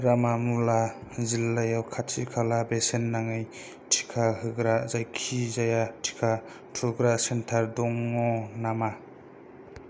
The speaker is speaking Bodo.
बारामुल्ला जिल्लायाव खाथि खाला बेसेन नाङै टिका होग्रा जायखिजाया टिका थुग्रा सेन्टार दङ नामा